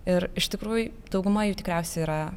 ir iš tikrųjų dauguma jų tikriausiai yra